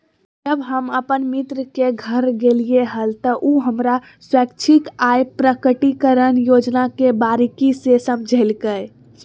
जब हम अपन मित्र के घर गेलिये हल, त उ हमरा स्वैच्छिक आय प्रकटिकरण योजना के बारीकि से समझयलकय